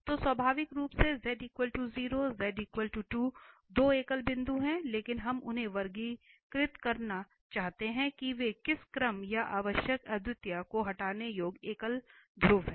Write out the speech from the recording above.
तो स्वाभाविक रूप से z 0 z 2 दो एकल बिंदु हैं लेकिन हम उन्हें वर्गीकृत करना चाहते हैं कि वे किस क्रम या आवश्यक अद्वितीयता को हटाने योग्य एकल ध्रुव हैं